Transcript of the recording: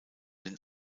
den